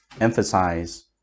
emphasize